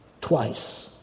twice